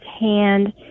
hand